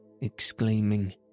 exclaiming